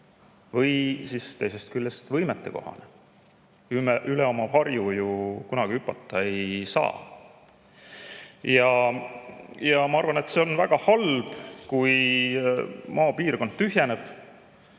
või teisest küljest võimetekohane. Üle oma varju ju kunagi hüpata ei saa. Ja ma arvan, et see on väga halb, kui maapiirkond tühjeneb.